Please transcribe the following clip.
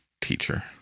teacher